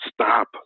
stop